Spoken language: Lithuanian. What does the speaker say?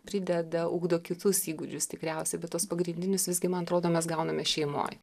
prideda ugdo kitus įgūdžius tikriausiai bet tuos pagrindinius visgi man atrodo mes gauname šeimoj